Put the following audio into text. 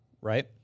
right